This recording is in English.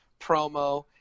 promo